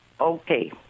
okay